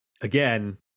again